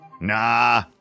Nah